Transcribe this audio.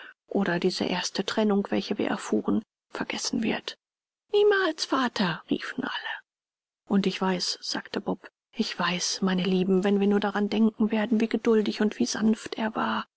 oder diese erste trennung welche wir erfuhren vergessen wird niemals vater riefen alle und ich weiß sagte bob ich weiß meine lieben wenn wir daran denken werden wie geduldig und wie sanft er war